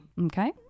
Okay